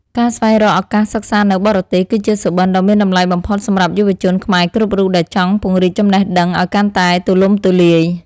ការស្វែងរកឱកាសសិក្សានៅបរទេស គឺជាសុបិនដ៏មានតម្លៃបំផុតសម្រាប់យុវជនខ្មែរគ្រប់រូបដែលចង់ពង្រីកចំណេះដឹងឱ្យកាន់តែ ទូលំទូលាយ។